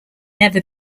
never